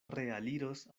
realiros